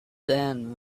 than